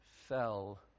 fell